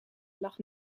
lag